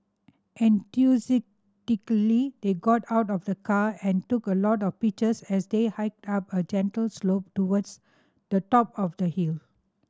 enthusiastically they got out of the car and took a lot of pictures as they hiked up a gentle slope towards the top of the hill